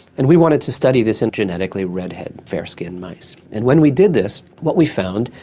and we wanted to study this in genetically red haired, fair skinned mice. and when we did this what we found,